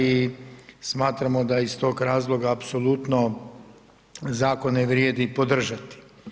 I smatramo da iz tog razloga apsolutno zakone vrijedi i podržati.